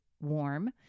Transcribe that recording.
warm